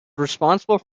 responsible